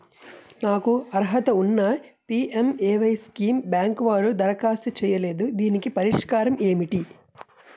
నాకు అర్హత ఉన్నా పి.ఎం.ఎ.వై స్కీమ్ బ్యాంకు వారు దరఖాస్తు చేయలేదు దీనికి పరిష్కారం ఏమిటి?